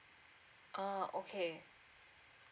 oh okay